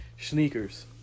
sneakers